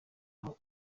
aho